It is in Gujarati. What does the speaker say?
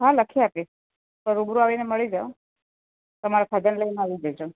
હા લખી આપીશ રૂબરૂ આવીને મળી જાઓ તમારા ફાધરને લઈને આવી જજો